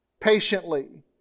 patiently